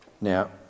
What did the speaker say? Now